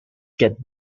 get